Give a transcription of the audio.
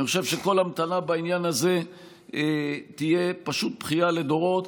אני חושב שכל המתנה בעניין הזה תהיה פשוט בכייה לדורות.